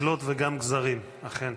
מקלות וגם גזרים, אכן,